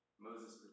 Moses